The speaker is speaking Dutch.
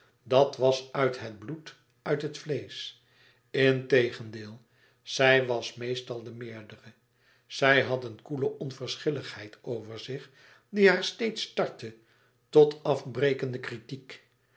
dat was uit het bloed uit het vleesch integendeel zij was meestal de meerdere zij had een koele onverschilligheid over zich die haar steeds tartte tot afbrekende kritiek